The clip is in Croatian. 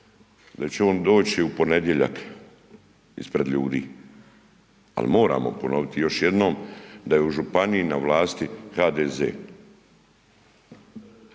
da će on doći u ponedjeljak ispred ljudi. Ali moramo ponoviti još jednom da je u županiji na vlasti HDZ,